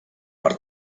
per